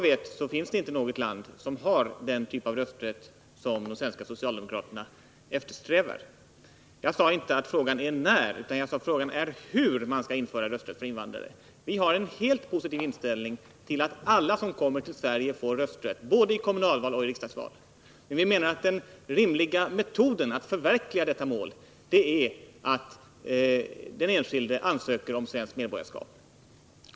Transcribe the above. Såvitt jag vet finns det inte något land som har den typ av rösträtt som de svenska socialdemokraterna eftersträvar. Jag sade inte att frågan är när utan att frågan är hur man skall införa rösträtt för invandrare. Vi har en helt positiv inställning till att alla som kommer till Sverige får rösträtt, både i kommunalval och i riksdagsval. Men 65 vi menar att den rimliga metoden att förverkliga detta mål är att den enskilde ansöker om svenskt medborgarskap.